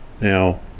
Now